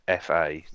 FA